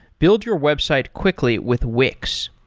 build your website quickly with wix.